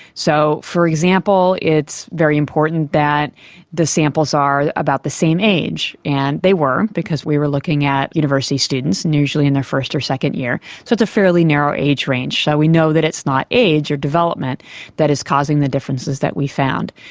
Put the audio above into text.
so, for example, it's very important that the samples are about the same age, and they were because we were looking at university students usually in their first or second year, so it's a fairly narrow age range. so we know that it's not age or development that is causing the differences that we found.